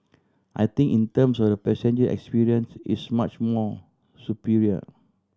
I think in terms of the passenger experience it's much more superior